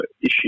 issue